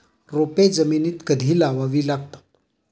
रोपे जमिनीत कधी लावावी लागतात?